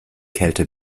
kälte